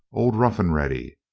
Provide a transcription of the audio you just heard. old rough and ready,